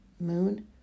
moon